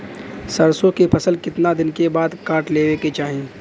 सरसो के फसल कितना दिन के बाद काट लेवे के चाही?